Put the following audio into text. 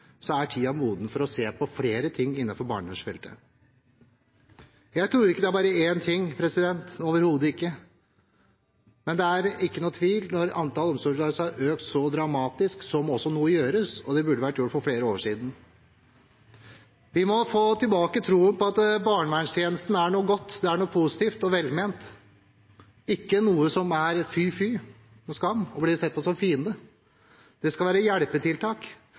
for å se på flere ting innenfor barnevernsfeltet. Jeg tror ikke det bare er én løsning, overhodet ikke, men det er ingen tvil: Når antall omsorgsovertakelser har økt så dramatisk, må noe gjøres, og det burde vært gjort for flere år siden. Vi må få tilbake troen på at barnevernstjenesten er noe godt, noe positivt og velment, ikke noe som er «fy og skam» og blir sett på som en fiende. Det skal være hjelpetiltak.